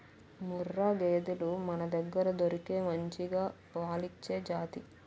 ముర్రా గేదెలు మనదగ్గర దొరికే మంచిగా పాలిచ్చే జాతి